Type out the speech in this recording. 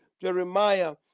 Jeremiah